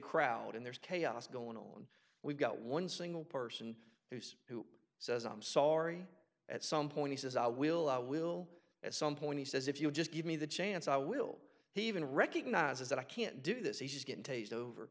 crowd and there's chaos going on we've got one single person who's who says i'm sorry at some point he says i will i will at some point he says if you just give me the chance i will he even recognizes that i can't do this he says good taste over